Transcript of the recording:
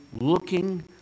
looking